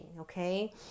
okay